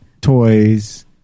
toys